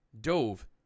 dove